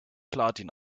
platin